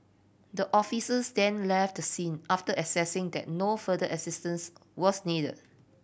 the officers then left the scene after assessing that no further assistance was need